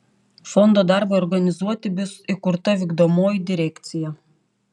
fondo darbui organizuoti bus įkurta vykdomoji direkcija